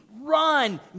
run